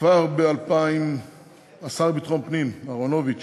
כבר ב-2000 השר לביטחון פנים אהרונוביץ